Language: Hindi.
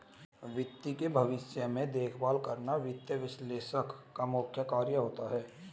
वित्त के भविष्य में देखभाल करना वित्त विश्लेषक का मुख्य कार्य होता है